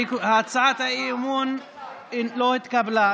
הצעת האי-אמון לא התקבלה.